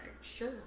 Sure